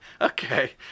Okay